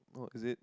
oh is it